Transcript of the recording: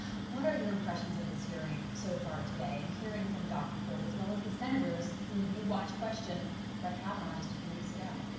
what are your impressions of this hearing so far today? and hearing from dr. ford, as well as the senators who you watch question but kavanaugh a few weeks ago?